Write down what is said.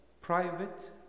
private